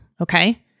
Okay